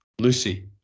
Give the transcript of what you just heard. Lucy